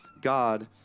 God